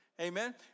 Amen